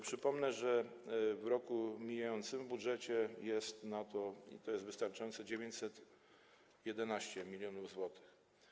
Przypomnę, że w roku mijającym w budżecie jest na to - i to jest wystarczające - 911 mln zł.